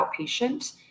outpatient